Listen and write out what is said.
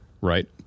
right